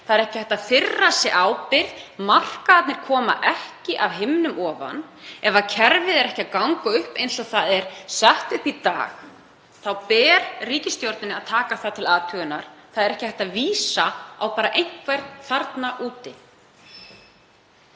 Það er ekki hægt að firra sig ábyrgð. Markaðirnir koma ekki af himnum ofan. Ef kerfið gengur ekki upp eins og það er sett upp í dag þá ber ríkisstjórninni að taka það til athugunar. Það er ekki hægt að vísa bara á einhvern þarna úti.